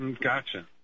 Gotcha